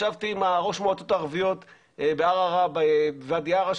ישבתי עם ראש המועצות הערביות בוואדי עארה,